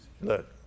look